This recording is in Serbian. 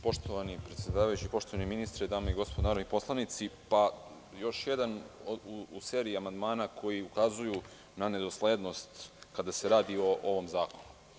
Poštovani predsedavajući, poštovani ministre, da me i gospodo narodni poslanici, još jedan u seriji amandmana koji ukazuju na nedoslednost kada se radi o ovom zakonu.